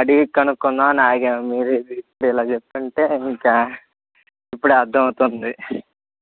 అడిగి కనుక్కుందామని ఆగాము మీరు ఇది ఇప్పుడు ఇలా చెప్తు ఉంటే ఇంకా ఇప్పుడు అర్థమవుతుంది